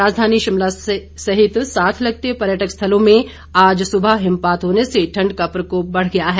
राजधानी शिमला सहित साथ लगते पर्यटक स्थलों में आज सुबह हिमपात होने से ठंड का प्रकोप बढ़ गया है